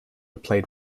played